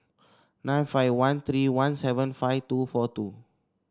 nine five one three one seven five two four two